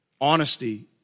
Honesty